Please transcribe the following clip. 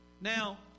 Now